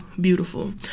beautiful